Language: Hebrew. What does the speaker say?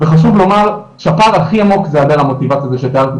וחשוב לומר שהפער הכי עמוק זה היעדר המוטיבציה שתיארתי,